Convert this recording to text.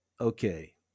Okay